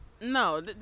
No